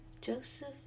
Joseph